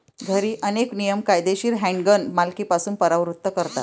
घरी, अनेक नियम कायदेशीर हँडगन मालकीपासून परावृत्त करतात